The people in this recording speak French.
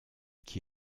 qui